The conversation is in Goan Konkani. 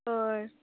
हय